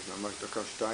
אז ממש בדקה-שתיים,